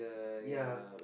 ya